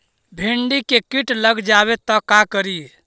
भिन्डी मे किट लग जाबे त का करि?